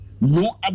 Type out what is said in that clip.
no